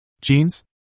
Jeans